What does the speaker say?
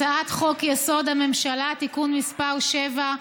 הצעת חוק-יסוד: הממשלה (תיקון מס' 7)